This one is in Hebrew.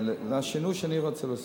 לשינוי שאני רוצה לעשות.